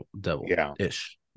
devil-ish